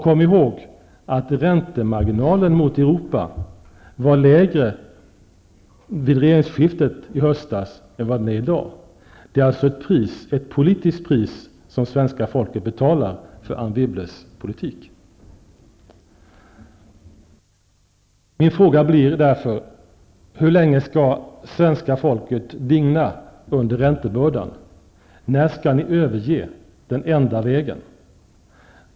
Kom ihåg också att räntemarginalen mot Europa var lägre vid regeringsskiftet i höstas än vad den är i dag. Det är alltså ett politiskt pris som svenska folket betalar för Anne Wibbles politik. Min fråga blir därför: Hur länge skall svenska folket digna under räntebördan? När skall ni överge den enda vägen?